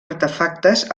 artefactes